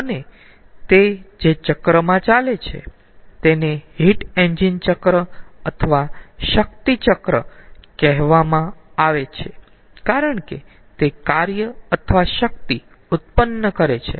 અને તે જે ચક્રમાં ચાલે છે તેને હીટ એન્જિન ચક્ર અથવા શક્તિ ચક્ર કહેવામાં આવે છે કારણ કે તે કાર્ય અથવા શક્તિ ઉત્પન્ન કરે છે